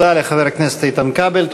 תודה לחבר הכנסת איתן כבל,